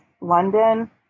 London